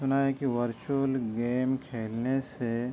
سُنا ہے کہ ورچوئل گیم کھیلنے سے